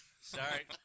Sorry